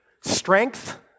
Strength